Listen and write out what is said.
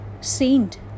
Saint